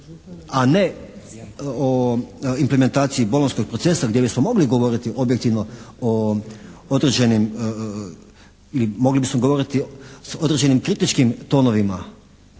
a ne o implementaciji bolonjskog procesa gdje bismo mogli govoriti objektivno o određenim ili mogli